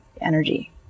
energy